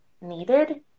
needed